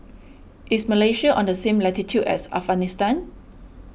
is Malaysia on the same latitude as Afghanistan